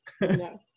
No